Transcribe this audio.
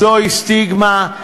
זוהי סטיגמה.